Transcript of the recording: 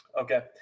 Okay